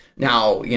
now, yeah